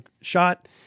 shot